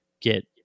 get